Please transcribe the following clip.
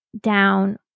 down